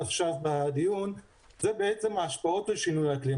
עכשיו בדיון וזה ההשפעות על שינוי האקלים.